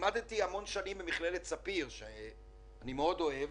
לימדתי המון שנים במכללת ספיר שאני מאוד אוהב.